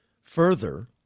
Further